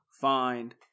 find